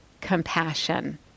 compassion